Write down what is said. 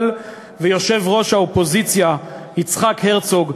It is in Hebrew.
ויושב-ראש האופוזיציה יצחק הרצוג בפרט.